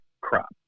crop